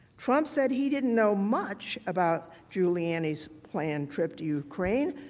trump said he didn't know much about giuliani's planned trip to ukraine,